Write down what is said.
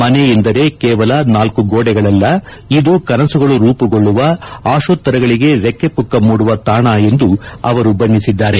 ಮನೆ ಎಂದರೆ ಕೇವಲ ನಾಲ್ಲು ಗೋಡೆಗಳಲ್ಲ ಇದು ಕನಸುಗಳು ರೂಮಗೊಳ್ಳುವ ಆಶೋತ್ತರಗಳಿಗೆ ರೆಕ್ಕೆಪುಕ್ಕ ಮೂಡುವ ತಾಣ ಎಂದು ಬಣ್ಣಿಸಿದ್ದಾರೆ